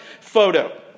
photo